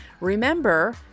Remember